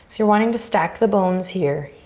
you're wanting to stack the bones here.